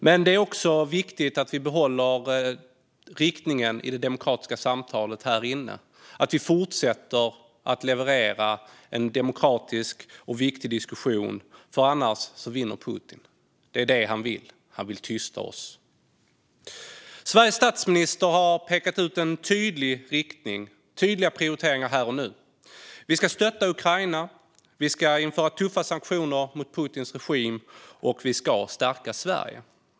Men det är också viktigt att vi behåller riktningen i det demokratiska samtalet här inne och att vi fortsätter att leverera en demokratisk och viktig diskussion. Annars vinner Putin. Det är det han vill. Han vill tysta oss. Sveriges statsminister har pekat ut en tydlig riktning och tydliga prioriteringar här och nu. Vi ska stötta Ukraina, vi ska införa tuffa sanktioner mot Putins regim och vi ska stärka Sverige.